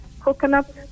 coconut